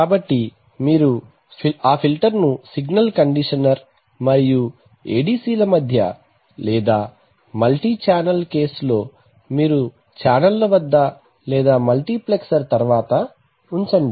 కాబట్టి మీరు ఆ ఫిల్టర్ను సిగ్నల్ కండీషనర్ మరియు ADC ల మధ్య లేదా మల్టీ ఛానల్ కేస్ లో మీరు ఛానెల్ల వద్ద లేదా మల్టీప్లెక్సర్ తర్వాత ఉంచండి